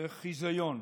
זה חיזיון.